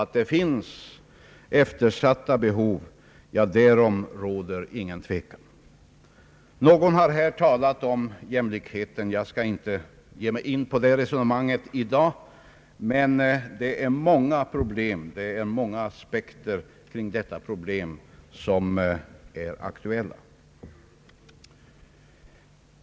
Att det finns sådana eftersatta behov råder ingen tvekan om. En av de föregående talarna har här talat om jämlikhet. Jag skall inte gå in på det resonemanget i dag, men det är många aspekter på detta problem som nu är aktuella.